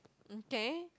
mm k